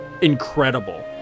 incredible